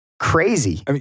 Crazy